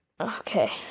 Okay